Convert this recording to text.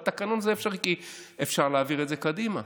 בתקנון זה אפשרי, כי אפשר להעביר את זה קדימה.